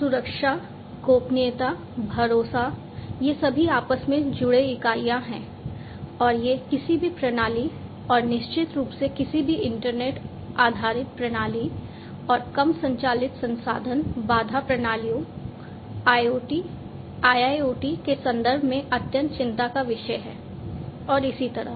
सुरक्षा गोपनीयता भरोसा ये सभी आपस में जुड़े इकाइयाँ हैं और ये किसी भी प्रणाली और निश्चित रूप से किसी भी इंटरनेट आधारित प्रणाली और कम संचालित संसाधन बाधा प्रणालियों IoT IIoT के संदर्भ में अत्यंत चिंता का विषय हैं और इसी तरह